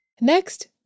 Next